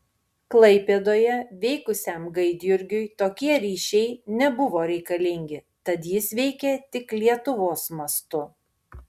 klaipėdoje veikusiam gaidjurgiui tokie ryšiai nebuvo reikalingi tad jis veikė tik lietuvos mastu